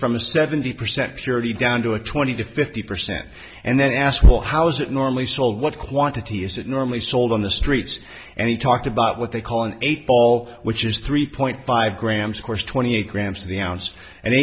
from a seventy percent purity down to a twenty to fifty percent and then asked well how is it normally sold what quantity is it normally sold on the streets and he talked about what they call an eight ball which is three point five grams of course twenty eight grams of the ounce and